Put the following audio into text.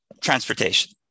Transportation